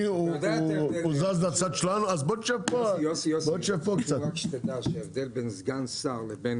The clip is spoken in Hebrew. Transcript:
יוסי, חשוב רק שתדע שההבדל בין סגן שר לבין